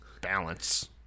balance